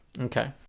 Okay